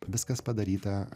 viskas padaryta